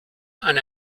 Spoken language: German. eine